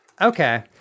Okay